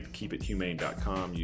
KeepItHumane.com